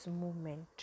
Movement